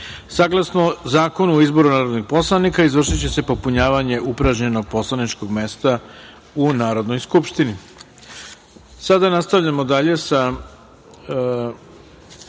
ostavke. Saglasno Zakonu o izboru narodnih poslanika, izvršiće se popunjavanje upražnjenog poslaničkog mesta u Narodnoj skupštini. Sada nastavljamo dalje sa